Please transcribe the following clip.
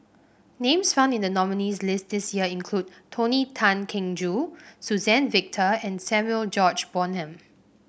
names found in the nominees' list this year include Tony Tan Keng Joo Suzann Victor and Samuel George Bonham